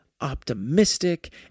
optimistic